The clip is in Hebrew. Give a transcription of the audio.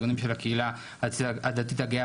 הארגונים של הקהיל הדתית הגאה,